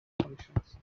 functions